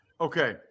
Okay